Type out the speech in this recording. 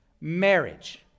Marriage